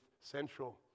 central